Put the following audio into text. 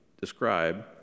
describe